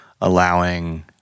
allowing